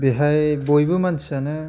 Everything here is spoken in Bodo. बेहाय बयबो मानसियानो